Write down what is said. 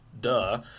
Duh